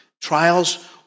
Trials